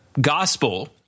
gospel